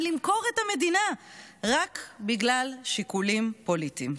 למכור את המדינה רק בגלל שיקולים פוליטיים.